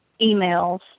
emails